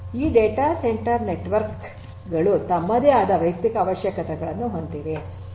ಆದ್ದರಿಂದ data centre network ಗಳು ತಮ್ಮದೇ ಆದ ವೈಯಕ್ತಿಕ ಅವಶ್ಯಕತೆಗಳನ್ನು ಹೊಂದಿವೆ